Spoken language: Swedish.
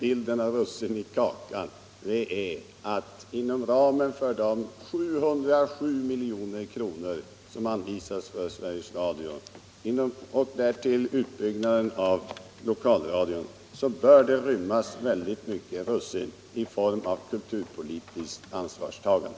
Herr talman! Inom ramen för de 707 milj.kr. som anvisas för Sveriges Radio och därtill utbyggnaden av lokalradion bör det rymmas väldigt mycket russin i form av kulturpolitiskt ansvarstagande.